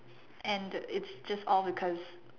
and it's just all because